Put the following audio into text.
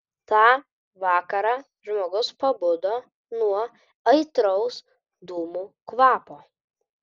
tą vakarą žmogus pabudo nuo aitraus dūmų kvapo